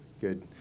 good